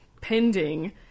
pending